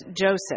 Joseph